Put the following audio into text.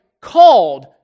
called